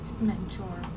mentor